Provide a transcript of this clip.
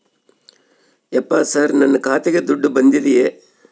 ಯಪ್ಪ ಸರ್ ನನ್ನ ಖಾತೆಗೆ ದುಡ್ಡು ಬಂದಿದೆಯ?